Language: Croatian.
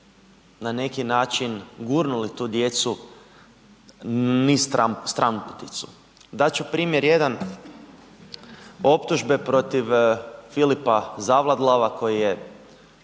na neki način gurnuli tu djecu niz stranputicu. Dat ću primjer jedan optužbe protiv Filipa Zavadlava koji je